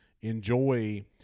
enjoy